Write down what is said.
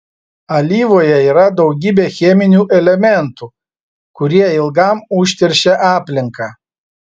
alyvoje yra daugybė cheminių elementų kurie ilgam užteršia aplinką